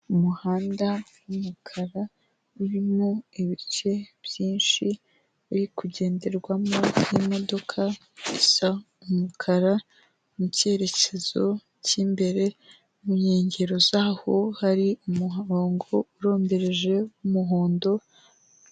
Umuhanda w'umukara urimo ibice byinshi biri kugenderwamo n'imodoka isa umukara mu cyerekezo cy'imbere, mu nkengero zaho hari umurongo urombereje w'umuhondo.